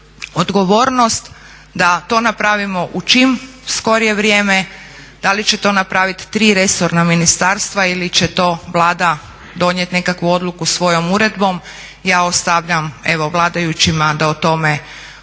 odgovornost da to napravimo u čim skorije vrijeme. Da li će to napraviti tri resorna ministarstva ili će to Vlada donijeti nekakvu odluku svojom uredbom ja ostavljam evo vladajućima da o tome odluče,